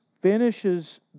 finishes